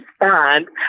respond